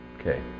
Okay